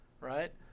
right